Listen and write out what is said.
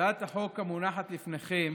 הצעת החוק המונחת לפניכם